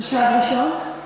זה שלב ראשון.